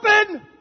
open